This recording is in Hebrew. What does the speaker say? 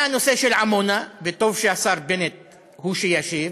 היה הנושא של עמונה, וטוב שהשר בנט הוא שישיב,